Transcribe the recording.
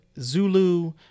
Zulu